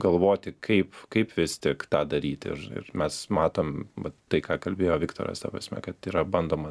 galvoti kaip kaip vis tik tą daryti ir ir mes matom vat tai ką kalbėjo viktoras ta prasme kad yra bandoma